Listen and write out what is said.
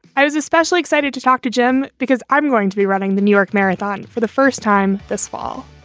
i was especially excited to talk to jim because i'm going to be running the new york marathon for the first time this fall.